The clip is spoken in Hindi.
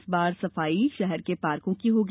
इस बार सफाई शहर के पाकोँ की होगी